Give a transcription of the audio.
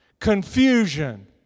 confusion